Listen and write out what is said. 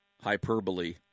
hyperbole